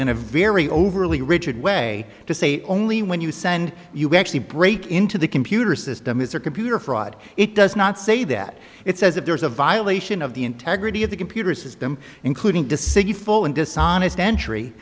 in a very overly richard way to say only when you send you actually break into the computer system is a computer fraud it does not say that it says if there is a violation of the integrity of the computer system including to city full and dishonest entry